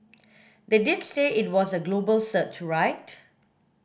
they did say it was a global search right